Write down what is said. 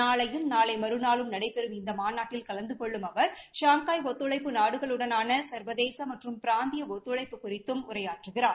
நாளையும் நாளை மறுநாளும் நடைபெறும் இந்த மாநாட்டில் கலந்து கொள்ளும் அவர் ஷாங்காய் ஒத்துழைப்பு நாடுகளுடனாள சர்வதேச மற்றும் பிராந்திய ஒத்துழைப்பு குறித்தும் அவர் உரையாற்றுகிறார்